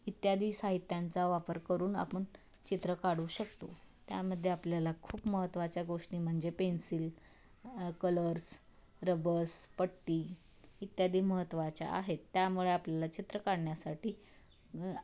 इत्यादी साहित्यांचा वापर करून आपण चित्र काढू शकतो त्यामध्ये आपल्याला खूप महत्त्वाच्या गोष्टी म्हणजे पेन्सिल कलर्स रब्बर्स पट्टी इत्यादी महत्त्वाच्या आहेत त्यामुळे आपल्याला चित्र काढण्यासाठी